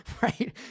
Right